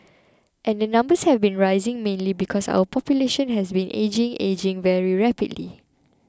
and the numbers have been rising mainly because our population has been ageing ageing very rapidly